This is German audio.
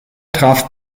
traf